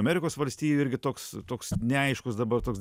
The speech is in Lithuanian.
amerikos valstijų irgi toks toks neaiškus dabar toks